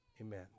Amen